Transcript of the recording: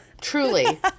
truly